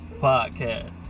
podcast